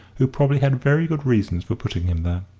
who probably had very good reasons for putting him there.